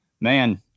man